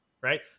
right